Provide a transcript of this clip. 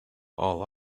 all